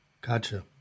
Gotcha